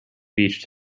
beach